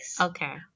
Okay